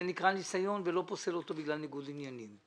זה נקרא ניסיון ולא פוסל אותו בגלל ניגוד עניינים.